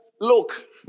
look